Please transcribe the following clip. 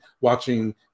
watching